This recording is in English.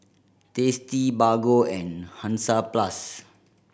Tasty Bargo and Hansaplast